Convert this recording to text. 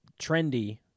trendy